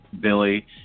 Billy